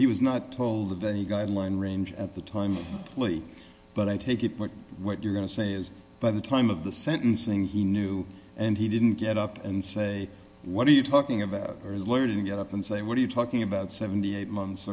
he was not told of a guideline range at the time but i take it what you're going to say is by the time of the sentencing he knew and he didn't get up and say what are you talking about his lawyer you get up and say what are you talking about seventy eight months